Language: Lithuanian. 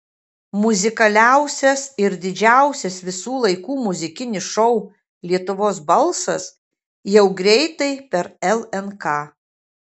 muzikaliausias ir didžiausias visų laikų muzikinis šou lietuvos balsas jau greitai per lnk